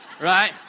right